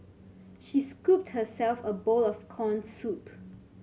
she scooped herself a bowl of corn soup